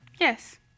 Yes